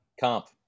Comp